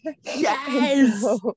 Yes